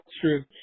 True